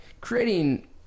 creating